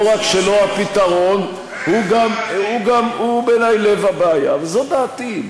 לא רק שלא הפתרון, הוא בעיני לב הבעיה, זו דעתי.